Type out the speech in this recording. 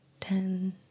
Ten